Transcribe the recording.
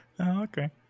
okay